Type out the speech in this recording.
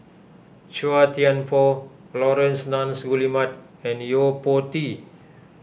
Chua Thian Poh Laurence Nunns Guillemard and Yo Po Tee